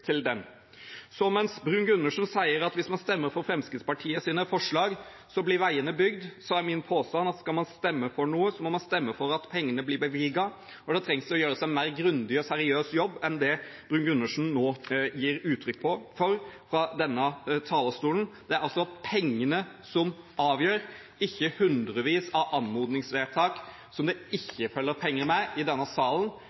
til den. Så mens Bruun-Gundersen sier at hvis man stemmer for Fremskrittspartiets forslag, blir veiene bygd, er min påstand at skal man stemme for noe, må man stemme for at pengene blir bevilget. Da trengs det å gjøres en mer grundig og seriøs jobb enn det Bruun-Gundersen nå gir uttrykk for fra denne talerstolen. Det er pengene som avgjør, ikke hundrevis av anmodningsvedtak som det